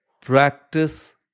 practice